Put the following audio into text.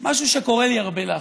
משהו שקורה לי הרבה לאחרונה.